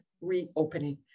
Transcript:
reopening